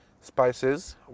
spices